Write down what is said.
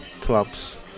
clubs